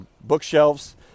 bookshelves